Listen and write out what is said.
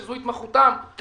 שזאת התמחותם,